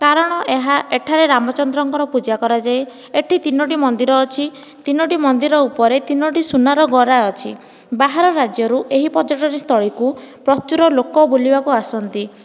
କାରଣ ଏହା ଏଠାରେ ରାମଚନ୍ଦ୍ରଙ୍କର ପୂଜା କରାଯାଏ ଏଠି ତିନୋଟି ମନ୍ଦିର ଅଛି ତିନୋଟି ମନ୍ଦିର ଉପରେ ତିନୋଟି ସୁନାର ଗରା ଅଛି ବାହାର ରାଜ୍ୟରୁ ଏହି ପର୍ଯ୍ୟଟନୀସ୍ଥଳୀକୁ ପ୍ରଚୁର ଲୋକ ବୁଲିବାକୁ ଆସନ୍ତି